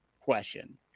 question